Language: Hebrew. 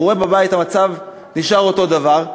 הוא רואה שהמצב בבית נשאר אותו דבר.